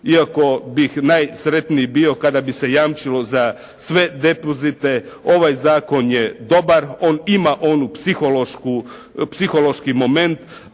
iako bih najsretniji bio kada bi se jamčilo za sve depozite ovaj zakon je dobar. On ima onu psihološku,